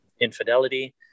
infidelity